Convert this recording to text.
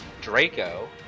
draco